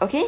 okay